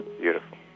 Beautiful